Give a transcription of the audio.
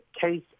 case